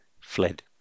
fled